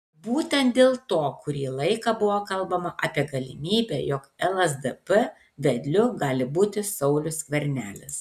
būtent dėl to kurį laiką buvo kalbama apie galimybę jog lsdp vedliu galiu būti saulius skvernelis